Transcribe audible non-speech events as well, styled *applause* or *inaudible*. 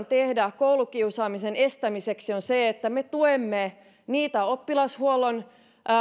*unintelligible* tehdä koulukiusaamisen estämiseksi on se että me tuemme niitä oppilashuollon